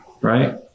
right